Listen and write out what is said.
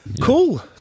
Cool